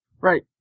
right